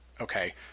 okay